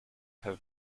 have